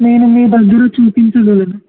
నేను మీ దగ్గర చూపించగలను